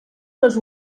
les